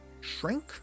shrink